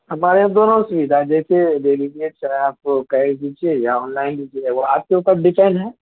ہمارے یہاں دونوں چیز ہیں جیسے لے لیجیے کہ آپ کو کیش دیجیے یا آن لائن لیجیے وہ آپ کے اوپر ڈیپنڈ ہے